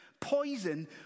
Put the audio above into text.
poison